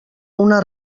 una